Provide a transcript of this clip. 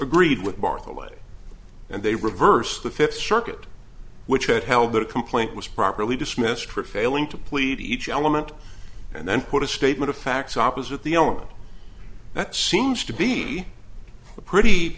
away and they reversed the fifth circuit which had held their complaint was properly dismissed for failing to plead each element and then put a statement of facts opposite the element that seems to be a pretty